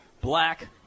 Black